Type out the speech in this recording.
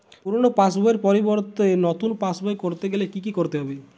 পুরানো পাশবইয়ের পরিবর্তে নতুন পাশবই ক রতে গেলে কি কি করতে হবে?